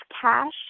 cash